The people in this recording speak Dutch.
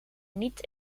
niet